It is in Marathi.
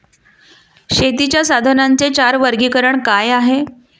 शेतीच्या साधनांचे चार वर्गीकरण काय आहे?